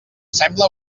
sembla